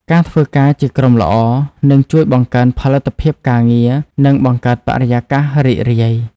ការធ្វើការជាក្រុមល្អនឹងជួយបង្កើនផលិតភាពការងារនិងបង្កើតបរិយាកាសរីករាយ។